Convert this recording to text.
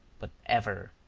but ever